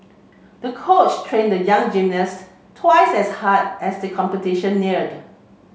the coach trained the young gymnast twice as hard as the competition neared